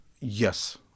Yes